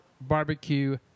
barbecue